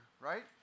right